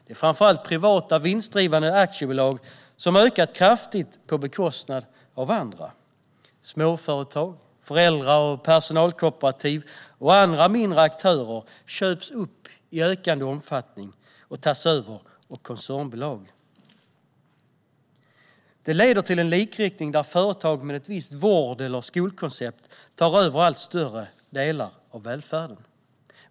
Det är framför allt privata vinstdrivande aktiebolag som ökat kraftigt på bekostnad av andra. Småföretag, föräldra och personalkooperativ och andra mindre aktörer köps upp i ökad omfattning och tas över av koncernbolag. Det leder till en likriktning där företag med ett visst vård eller skolkoncept tar över allt större delar av välfärden.